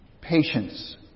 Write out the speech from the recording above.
patience